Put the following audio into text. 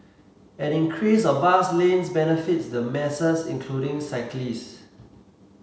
an increase of bus lanes benefits the masses including cyclist